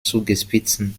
zugespitzten